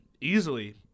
easily